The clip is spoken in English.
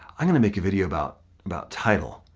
i'm gonna make a video about about title,